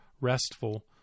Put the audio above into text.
restful